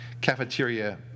cafeteria